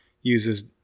uses